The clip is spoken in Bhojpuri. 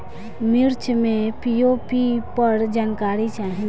मिर्च मे पी.ओ.पी पर जानकारी चाही?